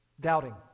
doubting